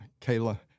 Kayla